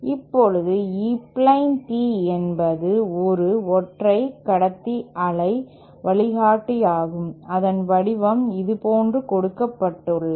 இப்போது E plane Tee என்பது ஒரு ஒற்றை கடத்தி அலை வழிகாட்டியாகும் அதன் வடிவம் இதுபோன்று கொடுக்கப்பட்டுள்ளது